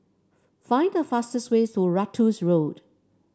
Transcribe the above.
find the fastest way to Ratus Road